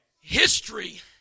history